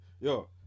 Yo